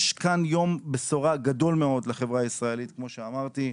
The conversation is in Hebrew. יש כאן יום בשורה גדולה מאוד לחברה הישראלית כמו שאמרתי.